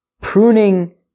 pruning